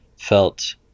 felt